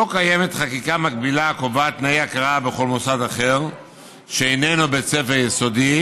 לא קיימת חקיקה מקבילה הקובעת תנאי הכרה בכל מוסד שאיננו בית ספר יסודי